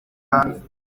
hanze